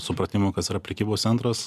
supratimu kas yra prekybos centras